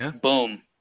Boom